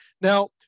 Now